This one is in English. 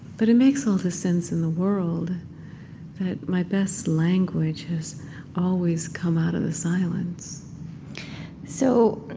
but it makes all the sense in the world that my best language has always come out of the silence so,